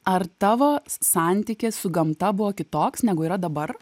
ar tavo santykis su gamta buvo kitoks negu yra dabar